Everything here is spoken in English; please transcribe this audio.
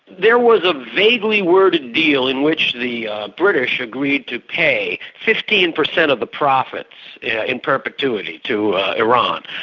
there was a vaguely worded deal in which the british agreed to pay fifteen percent of the profits yeah in perpetuity to iran.